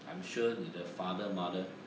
I'm sure 你的 father mother